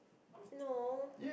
no